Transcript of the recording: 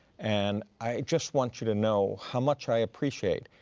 and i just want you to know how much i appreciate